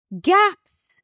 gaps